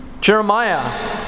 Jeremiah